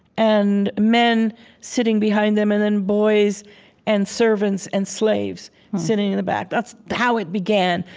and men sitting behind them, and then boys and servants and slaves sitting in the back. that's how it began.